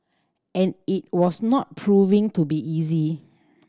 and it was not proving to be easy